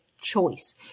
choice